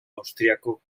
austríaco